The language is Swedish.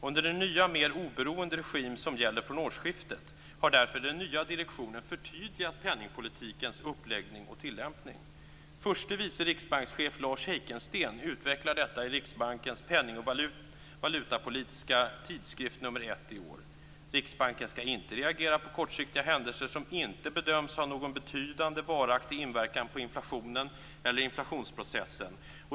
Under den nya mer oberoende regimen som gäller från årsskiftet har därför den nya direktionen förtydligat penningpolitikens uppläggning och tillämpning. Förste vice riksbankschef Lars Heikensten utvecklar detta i Riksbankens penning och valutapolitiska tidskrift nr 1 i år. Riksbanken skall inte reagera på kortsiktiga händelser som inte bedöms ha någon betydande varaktig inverkan på inflationen eller inflationsprocessen.